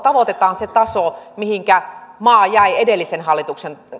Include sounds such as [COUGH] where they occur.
[UNINTELLIGIBLE] tavoitetaan se taso mihinkä maa jäi edellisen hallituksen